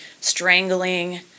strangling